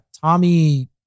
Tommy